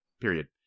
Period